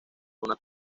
una